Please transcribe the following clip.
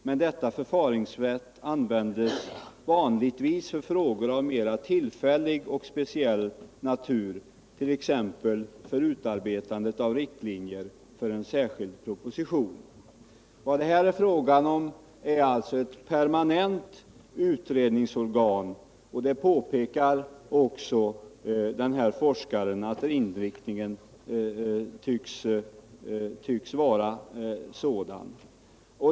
Men detta förfaringssätt användes vanligtvis för frågor av mer tillfällig och speciell natur t.ex. för utarbetande av riktlinjer för en särskild proposition.” Här är det fråga om ett permanent utredningsorgan och denna forskare påpekar också att inriktningen tycks vara sådan.